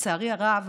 לצערי הרב,